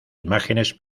imágenes